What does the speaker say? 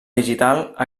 digital